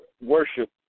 worship